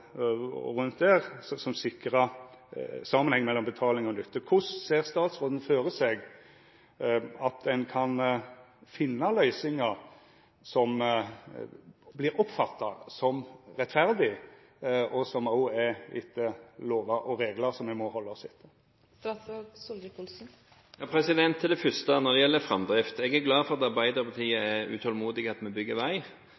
og rundt der, som sikrar samanheng mellom betaling og nytte: Korleis ser statsråden føre seg at ein kan finna løysingar som vert oppfatta som rettferdige, og som òg er etter lovar og reglar som me må halda oss til? Til det første, når det gjelder framdrift: Jeg er glad for at